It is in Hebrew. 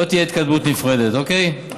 לא תהיה התקדמות נפרדת, אוקיי?